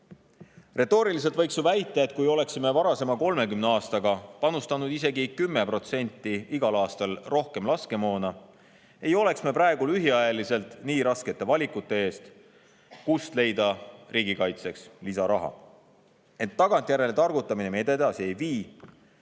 Retooriliselt võiks ju väita, et kui oleksime varasema 30 aastaga panustanud isegi 10% igal aastal rohkem laskemoona, ei oleks me praegu nii raskete valikute ees, kust leida lühikese ajaga riigikaitseks lisaraha. Ent tagantjärele targutamine meid edasi ei vii.